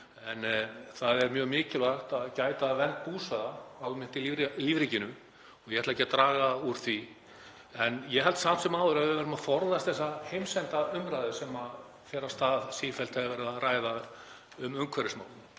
Það er mjög mikilvægt að gæta að vernd búsvæða almennt í lífríkinu og ég ætla ekki að draga úr því. En ég held samt sem áður að við verðum að forðast þessa heimsendaumræðu sem fer af stað sífellt þegar verið er að ræða um umhverfismálin.